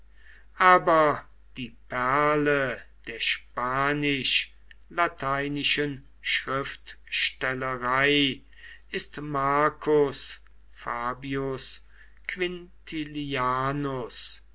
aber die perle der spanisch lateinischen schriftstellerei ist marcus fabius